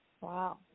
Wow